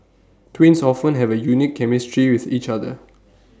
twins often have A unique chemistry with each other